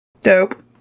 Dope